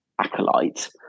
acolyte